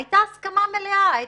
היתה הסכמה מלאה,